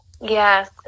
Yes